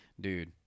dude